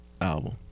Album